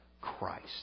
Christ